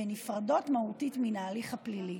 ונפרדות מהותית מן ההליך הפלילי.